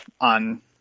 on